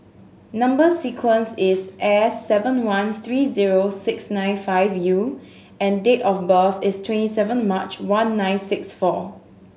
number sequence is S seven one three zero six nine five U and date of birth is twenty seven March one nine six four